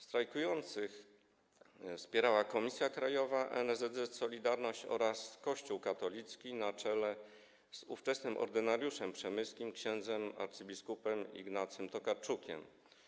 Strajkujących wspierała Komisja Krajowa NSZZ „Solidarność” oraz Kościół katolicki na czele z ówczesnym ordynariuszem przemyskim ks. abp. Ignacym Tokarczukiem.